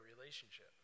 relationship